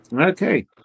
Okay